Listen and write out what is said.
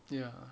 ya